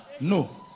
no